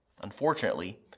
unfortunately